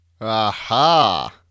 Aha